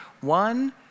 One